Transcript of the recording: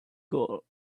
goal